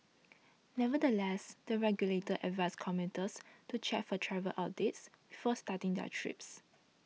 nevertheless the regulator advised commuters to check for travel updates before starting their trips